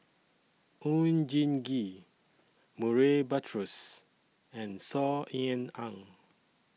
Oon Jin Gee Murray Buttrose and Saw Ean Ang